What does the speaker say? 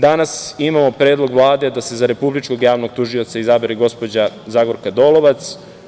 Danas imamo predlog Vlade da se za Republičkog javnog tužioca izabere gospođa Zagorka Dolovac.